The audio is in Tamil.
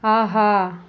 ஆஹா